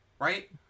right